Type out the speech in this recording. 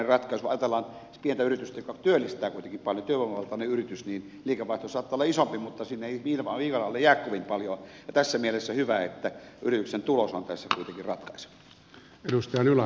jos ajatellaan esimerkiksi pientä yritystä joka työllistää kuitenkin paljon työvoimavaltaista yritystä niin liikevaihto saattaa olla isompi mutta sinne viivan alle ei jää kovin paljoa ja tässä mielessä on hyvä että yrityksen tulos on tässä kuitenkin ratkaiseva